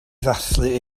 ddathlu